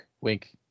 wink